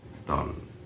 done